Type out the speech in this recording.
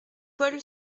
paul